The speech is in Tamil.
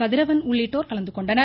கதிரவன் உள்ளிட்டோர் கலந்து கொண்டனர்